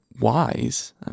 wise